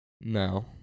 No